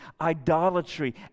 idolatry